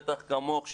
בטח כמוך,